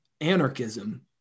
anarchism